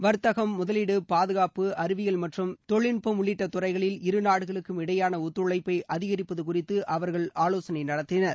வர்த்தகம் முதலீடு பாதுகாப்பு அறிவியல் மற்றும் தொழில்நுட்பம் உள்ளிட்ட துறைகளில் இருநாடுகளுக்கும் இடையேயான ஒத்துழைப்பை அதிகரிப்பது குறித்து அவர்கள் ஆலோசனை நடத்தினர்